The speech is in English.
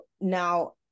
now